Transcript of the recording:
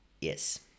Yes